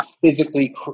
physically